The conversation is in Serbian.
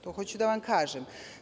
To hoću da vam kažem.